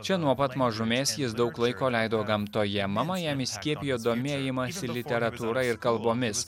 čia nuo pat mažumės jis daug laiko leido gamtoje mama jam įskiepijo domėjimąsi literatūra ir kalbomis